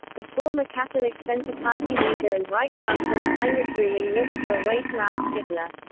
the former catholic centre party leader and reich chancellor heinrich bruning looked for a way to oust hitler.